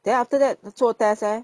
then after that 做 test leh